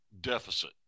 deficit